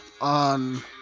on